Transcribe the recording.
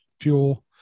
fuel